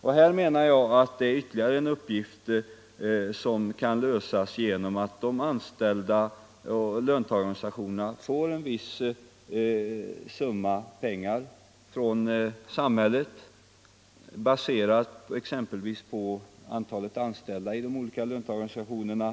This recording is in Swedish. Här finns ytterligare en uppgift som kan lösas genom att de anställda och löntagarorganisationerna får en viss summa pengar från samhället. Beloppet kan exempelvis baseras på antalet anställda i de olika löntagarorganisationerna.